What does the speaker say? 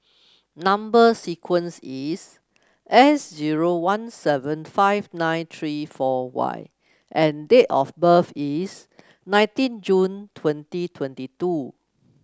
number sequence is S zero one seven five nine three four Y and date of birth is nineteen June twenty twenty two